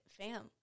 fam